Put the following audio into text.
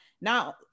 now